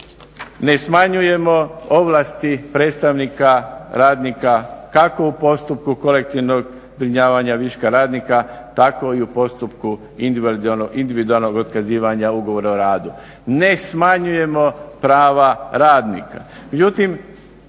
ne smanjujemo ovlasti predstavnika radnika kako u postupku kolektivnog zbrinjavanja viška radnika tako i u postupku individualnog otkazivanja ugovora o radu, ne smanjujemo prava radnika. Međutim,